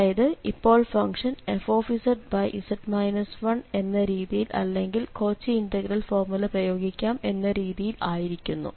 അതായത് ഇപ്പോൾ function fzz 1 എന്ന രീതിയിൽ അല്ലെങ്കിൽ കോച്ചി ഇന്റഗ്രൽ ഫോർമുല പ്രയോഗിക്കാം എന്ന രീതിയിൽ ആയിരിക്കുന്നു